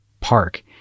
park